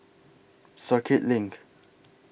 Circuit LINK